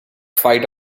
fight